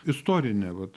istorinė vat